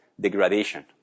degradation